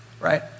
right